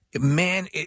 man